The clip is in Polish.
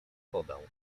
podał